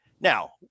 Now